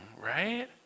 right